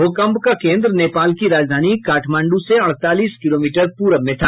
भूकम्प का केन्द्र नेपाल की राजधानी काठमांडू से अड़तालीस किलोमीटर प्ररब में था